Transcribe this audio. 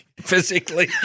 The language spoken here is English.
Physically